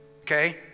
okay